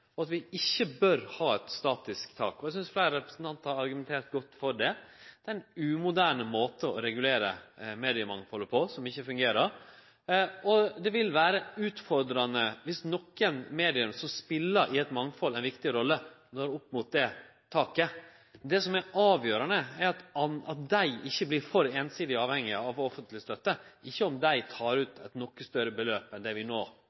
og at vi ikkje bør ha eit statisk tak. Eg synest fleire representantar har argumentert godt for det. Det er ein umoderne måte å regulere mediemangfaldet på, som ikkje fungerer. Det vil vere utfordrande dersom nokre medier, som i eit mangfald speler ei viktig rolle, når opp mot det taket. Det som er avgjerande, er at dei ikkje blir for einsidig avhengige av å få offentleg støtte, ikkje om dei tek ut eit noko større beløp enn det vi akkurat nå